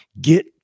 Get